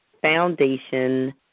Foundation